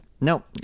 Nope